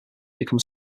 became